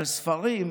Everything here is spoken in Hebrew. על ספרים,